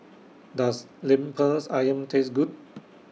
Does Lemper's Ayam Taste Good